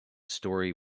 story